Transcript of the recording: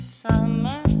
summer